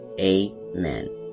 amen